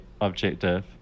objective